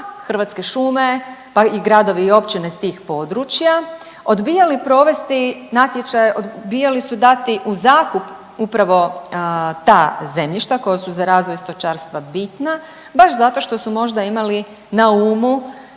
Hrvatske šume, pa i gradovi i općine s tih područja, odbijali provesti natječaj, odbijali su dati u zakup upravo ta zemljišta koja su za razvoj stočarstva bitna baš zato što su možda imali na umu,